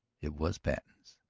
it was patten's.